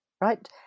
right